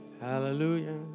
Hallelujah